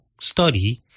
study